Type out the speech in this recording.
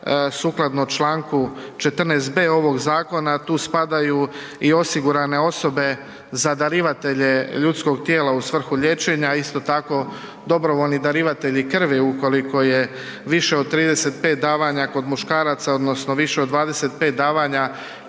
sukladno čl. 14.b ovog zakona tu spadaju i osigurane osobe za darivatelje ljudskog tijela u svrhu liječenja, isto tako dobrovoljni darivatelji krvi ukoliko je više od 35 davanja kod muškaraca odnosno više od 25 davanja